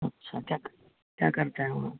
अच्छा क्या कर क्या करते हैं वो